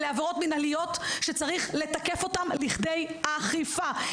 אלו עבירות מנהליות שצריך לתקף אותן לכדי אכיפה.